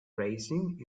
racing